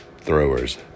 throwers